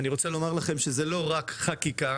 אני רוצה לומר לכם שזו לא רק חקיקה,